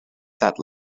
that